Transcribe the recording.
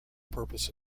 purpose